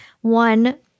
one